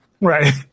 Right